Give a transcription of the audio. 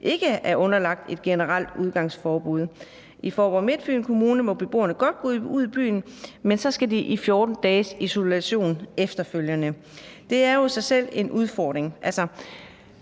ikke er underlagt et generelt udgangsforbud. I Faaborg-Midtfyn Kommune må beboerne godt gå ud i byen, men så skal de i 14 dages isolation efterfølgende. Det er jo så i sig selv en udfordring,